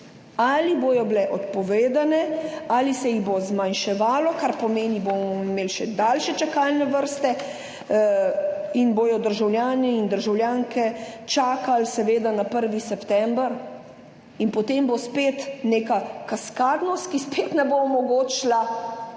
Ali bodo odpovedane ali se jih bo zmanjševalo, kar pomeni, bomo imeli še daljše čakalne vrste in bodo državljani in državljanke čakali seveda na 1. september? In potem bo spet neka kaskadnost, ki spet ne bo omogočila